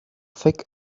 thick